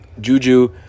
Juju